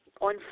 on